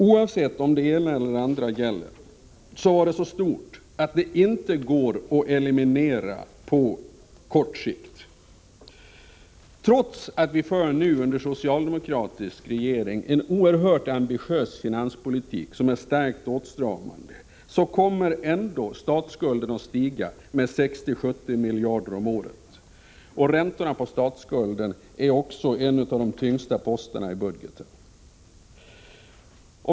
Oavsett om det ena eller det andra gäller var budgetunderskottet så stort att det ingalunda går att eliminera på kort sikt. Trots att det nu — under den socialdemokratiska regeringen — förs en oerhört ambitiös finanspolitik som är starkt åtstramande kommer statsskulden ändå att stiga med 60-70 miljarder om året. Räntorna på statsskulden är också en av de tyngsta posterna i budgeten.